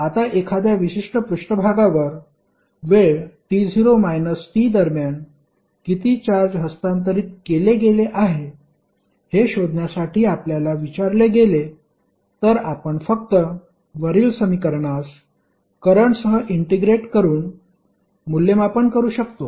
आता एखाद्या विशिष्ट पृष्ठभागावर वेळ t0 t दरम्यान किती चार्ज हस्तांतरित केले गेले आहे हे शोधण्यासाठी आपल्याला विचारले गेले तर आपण फक्त वरील समीकरणास करंटसह इंटिग्रेट करून मूल्यमापन करू शकतो